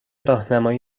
راهنمایی